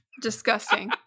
Disgusting